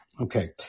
Okay